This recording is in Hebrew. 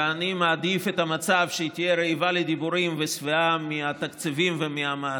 ואני מעדיף את המצב שהיא תהיה רעבה לדיבורים ושבעה מהתקציבים ומהמעשים.